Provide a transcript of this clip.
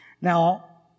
Now